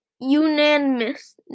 Unanimous